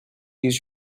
use